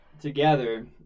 together